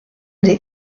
des